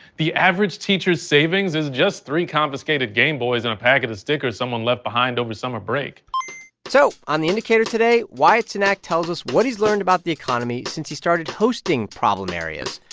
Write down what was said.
the average teacher's savings is just three confiscated game boys and a packet of stickers someone left behind over summer break so on the indicator today, wyatt cenac tells us what he's learned about the economy since he started hosting problem areas,